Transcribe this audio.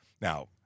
Now